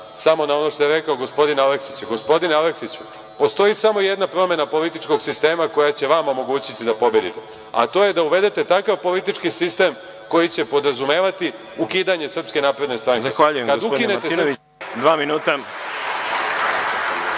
Samo na ono što je rekao gospodin Aleksić. Gospodine Aleksiću, postoji samo jedna promena političkog sistema koja će vama omogućiti da pobedite, a to je da uvedete takav politički sistem koji će podrazumevati ukidanje SNS. **Đorđe Milićević** Gospodine Martinoviću,